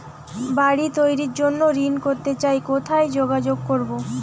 বাড়ি তৈরির জন্য ঋণ করতে চাই কোথায় যোগাযোগ করবো?